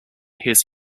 his